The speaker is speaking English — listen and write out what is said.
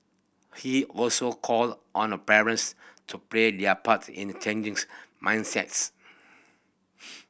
he also called on the parents to play their part in the changing's mindsets